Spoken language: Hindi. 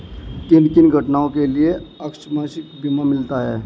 किन किन घटनाओं के लिए आकस्मिक बीमा मिलता है?